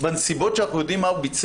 בנסיבות שאנחנו יודעים מה הוא ביצע?